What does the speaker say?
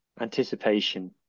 anticipation